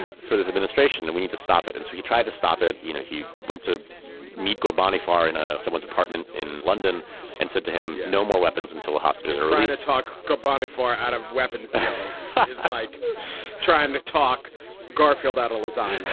for this administration and we need to stop it. and so he tried to stop it. you know, he went to meet ghorbanifar in ah someone's apartment in london and said to him, no more weapons until the hostages are released. talk ghorbanifar out of weapons. it's like trying to talk gar-field out alisan,